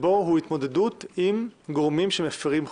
שהוא התמודדות עם גורמים שמפרים חוק.